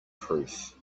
proof